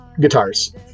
guitars